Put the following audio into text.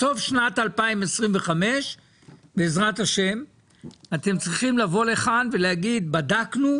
בסוף שנת 2024 בעזרת השם אתם צריכים לבוא לכאן ולהגיד בדקנו.